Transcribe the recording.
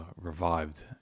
revived